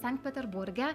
sankt peterburge